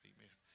Amen